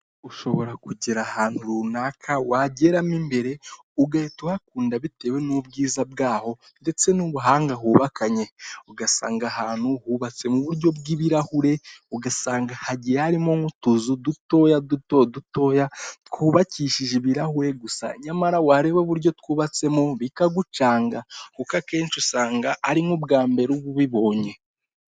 Ushobora kugera ahantu runaka wageramo imbere ugahita uhakunda bitewe n'ubwiza bwaho ndetse n'ubuhanga hubakanye, ugasanga ahantu hubatse mu buryo bw'ibirahure ugasanga hagiye harimo nk'utuzu dutoya duto dutoya twubakishije ibirahure gusa nyamara wareba uburyo twubatsemo bikagucanga kuko akenshi usanga ari nk'ubwa mbere uba ubibonye.